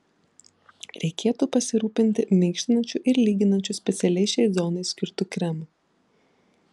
reikėtų pasirūpinti minkštinančiu ir lyginančiu specialiai šiai zonai skirtu kremu